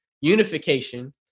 Unification